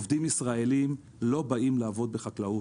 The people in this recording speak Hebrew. עובדים ישראלים לא באים לעבוד בחקלאות.